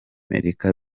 amerika